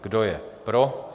Kdo je pro?